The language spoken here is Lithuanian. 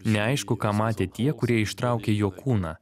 neaišku ką matė tie kurie ištraukė jo kūną